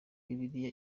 bibiliya